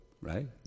right